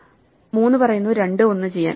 3 പറയുന്നു 2 1 ചെയ്യാൻ